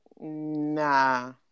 nah